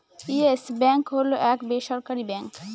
yes Bank হল এক বেসরকারি ব্যাঙ্ক